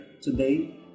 today